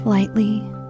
lightly